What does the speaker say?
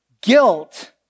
guilt